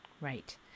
Right